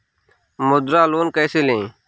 मुद्रा लोन कैसे ले?